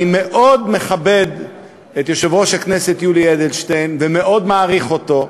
אני מאוד מכבד את יושב-ראש הכנסת יולי אדלשטיין ומאוד מעריך אותו.